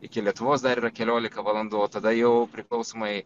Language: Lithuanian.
iki lietuvos dar yra keliolika valandų o tada jau priklausomai